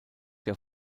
der